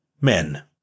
Men